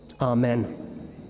Amen